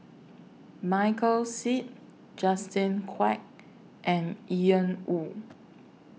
Michael Seet Justin Quek and Ian Woo